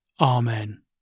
Amen